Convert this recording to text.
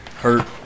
hurt